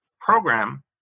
program